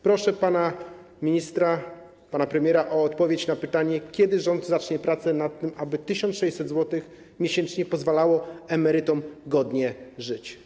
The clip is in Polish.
Proszę pana ministra, pana premiera o odpowiedź na pytanie, kiedy rząd zacznie prace nad tym, aby 1600 zł miesięcznie pozwalało emerytom godnie żyć.